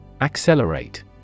Accelerate